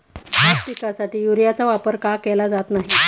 भात पिकासाठी युरियाचा वापर का केला जात नाही?